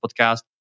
podcast